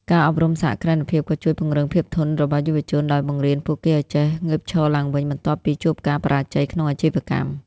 ការអប់រំសហគ្រិនភាពក៏ជួយពង្រឹង "ភាពធន់" របស់យុវជន ដោយបង្រៀនពួកគេឱ្យចេះងើបឈរឡើងវិញបន្ទាប់ពីជួបការបរាជ័យក្នុងអាជីវកម្ម។